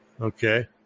okay